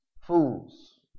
fools